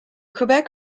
quebec